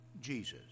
Jesus